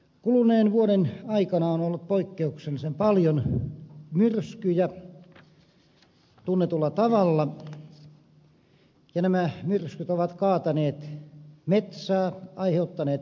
kuluneen vuoden aikana on ollut poikkeuksellisen paljon myrskyjä tunnetulla tavalla ja nämä myrskyt ovat kaataneet metsää aiheuttaneet vahinkoja